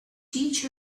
teach